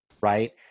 right